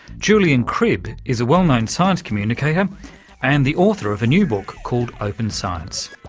julian cribb is a well-known science communicator and the author of a new book called open science.